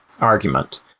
argument